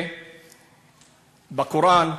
ובקוראן,